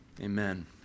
Amen